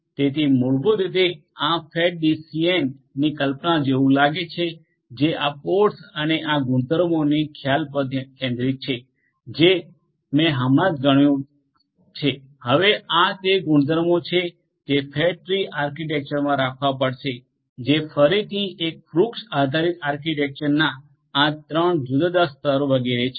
તેથી મૂળભૂત રીતે આ ફેટ ટ્રી ડીસીએનની કલ્પના જેવું લાગે છે જે આ પોડસ અને આ ગુણધર્મોની ખ્યાલ પર કેન્દ્રિત છે જે મેં હમણાં જ ગણ્યું છે હવે આ તે ગુણધર્મો છે જે ફેટ ટ્રી આર્કિટેક્ચર માટે રાખવા પડશે જે છે ફરીથી એક ટ્રી આધારિત આર્કિટેક્ચરના આ ત્રણ જુદા જુદા સ્તર વગેરે છે